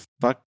fuck